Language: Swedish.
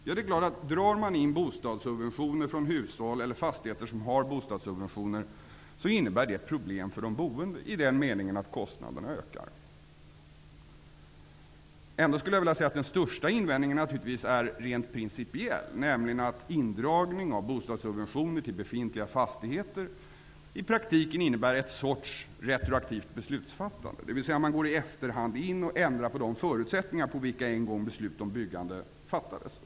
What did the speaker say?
Jo, drar man in bostadssubventioner från hushåll eller fastigheter, innebär det problem för de boende i den meningen att kostnaderna ökar. Ändå skulle jag vilja säga att den största invändningen naturligtvis är rent principiell, nämligen att indragning av bostadssubvention till befintliga fastigheter i praktiken innebär en sorts retroaktivt beslutsfattande. Man går in i efterhand och ändrar på de grunder på vilka beslut om byggande en gång fattades.